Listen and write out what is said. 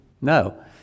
No